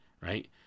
Right